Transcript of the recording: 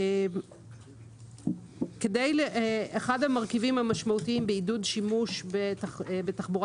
אחד המרכיבים המשמעותיים בעידוד שימוש בתחבורה